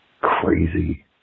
crazy